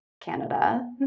Canada